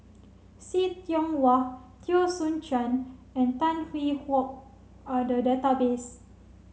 See Tiong Wah Teo Soon Chuan and Tan Hwee Hock are the database